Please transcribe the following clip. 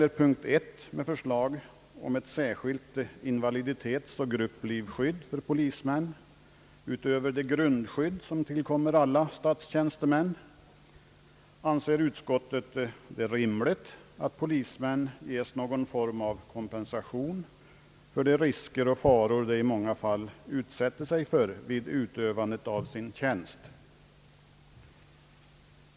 Vad först beträffar förslaget om ett särskilt invaliditetsoch grupplivskydd för polismän utöver det grundskydd, som tillkommer alla statstjänstemän, anser utskottet det rimligt att polismän ges någon form av kompensation för de risker och faror som de i många fall utsätter sig för vid utövandet av sin tjänst.